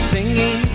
Singing